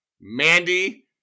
Mandy